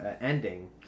ending